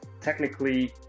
technically